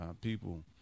People